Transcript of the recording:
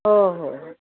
हो हो हो